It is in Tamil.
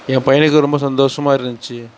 என் பையனுக்கு ரொம்ப சந்தோஷமாக இருந்துச்சி